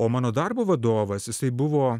o mano darbo vadovas jisai buvo